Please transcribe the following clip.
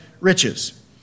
riches